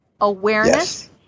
awareness